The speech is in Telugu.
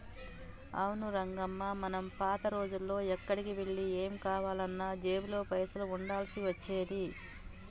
అవును రంగమ్మ మనం పాత రోజుల్లో ఎక్కడికి వెళ్లి ఏం కావాలన్నా జేబులో పైసలు ఉండాల్సి వచ్చేది